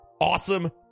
awesome